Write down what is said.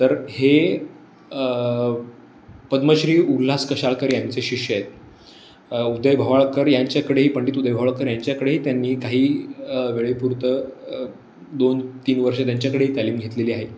तर हे पद्मश्री उल्हास कशाळकर यांचे शिष्य आहेत उदय भवाळकर यांच्याकडेही पंडित उदय भवाळकर यांच्याकडेही त्यांनी काही वेळेपुरतं दोन तीन वर्षं त्यांच्याकडेही तालीम घेतलेली आहे